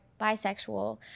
Bisexual